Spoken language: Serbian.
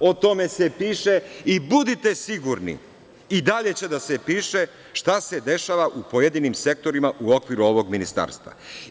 o tome se piše i budite sigurni i dalje će da se piše šta se dešava u pojedinim sektorima u okviru ovog ministarstva.